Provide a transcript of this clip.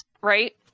right